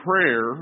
prayer